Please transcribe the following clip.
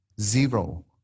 Zero